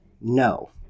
No